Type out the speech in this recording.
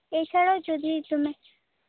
এছাড়াও যদি